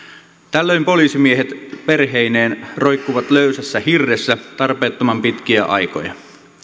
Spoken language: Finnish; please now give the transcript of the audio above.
tällöin poliisimiehet perheineen roikkuvat löysässä hirressä tarpeettoman pitkiä aikoja